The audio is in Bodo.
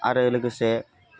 आरो लोगोसे